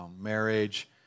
marriage